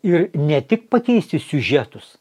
ir ne tik pakeisti siužetus